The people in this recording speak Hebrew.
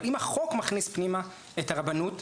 אבל אם החוק מכניס פנימה את הרבנות,